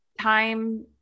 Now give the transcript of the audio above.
time